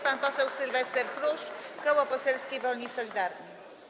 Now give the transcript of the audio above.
Pan poseł Sylwester Chruszcz, Koło Poselskie Wolni i Solidarni.